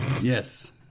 Yes